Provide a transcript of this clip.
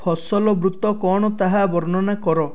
ଫସଲ ବୃତ୍ତ କ'ଣ ତାହା ବର୍ଣ୍ଣନା କର